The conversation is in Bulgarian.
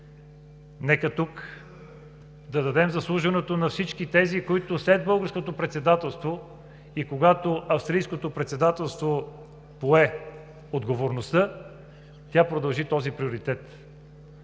Нека тук да дадем заслуженото на всички, които са след Българското председателство, и когато Австрийското председателство пое отговорността, продължи този приоритет.